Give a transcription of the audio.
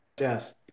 yes